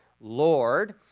Lord